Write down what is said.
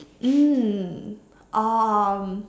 mm um